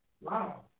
Wow